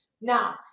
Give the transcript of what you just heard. Now